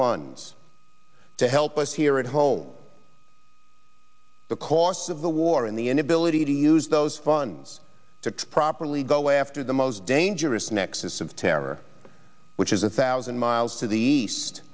funds to help us here at home the cost of the war in the inability to use those funds to properly go after the most dangerous nexus of terror which is a thousand miles to the east